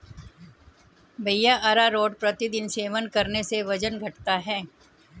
भैया अरारोट प्रतिदिन सेवन करने से वजन घटता है